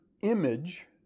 image